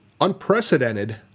unprecedented